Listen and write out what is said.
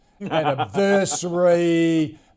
anniversary